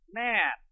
man